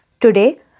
Today